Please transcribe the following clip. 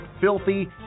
filthy